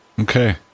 okay